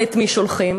אבל את מי שולחים?